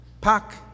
Pack